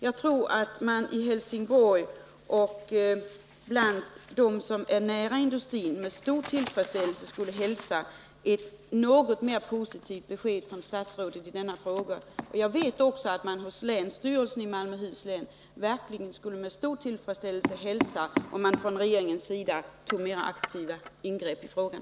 Jag tror att man i Helsingborg bland dem som står denna industri nära med stor tillfredsställelse skulle hälsa ett något mer positivt besked från statsrådet i denna fråga. Jag vet att detta också gäller för länsstyrelsen i Malmöhus län.